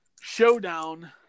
showdown